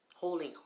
holding